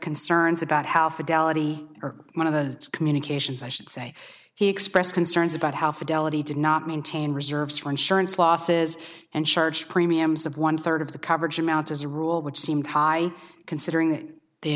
concerns about how fidelity or one of those communications i should say he expressed concerns about how fidelity did not maintain reserves for insurance losses and charge premiums of one third of the coverage amount as a rule which seemed high considering th